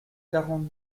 quarante